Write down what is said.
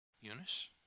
Eunice